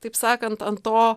taip sakant ant to